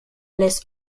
laisse